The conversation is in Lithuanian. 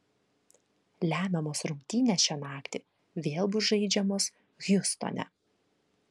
lemiamos rungtynės šią naktį vėl bus žaidžiamos hjustone